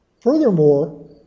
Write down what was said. Furthermore